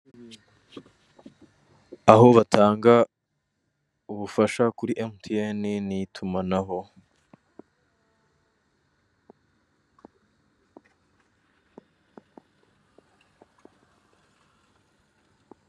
Aho batanga ubufasha kuri emutiyeni n'itumanaho.